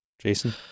Jason